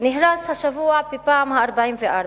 נהרס השבוע בפעם ה-44.